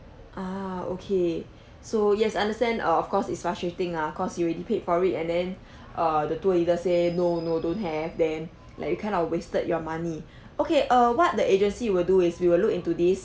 ah okay so yes understand err of course it's frustrating lah cause you already paid for it and then err the tour leader say no no don't have then like you kind of wasted your money okay err what the agency will do is we will look into this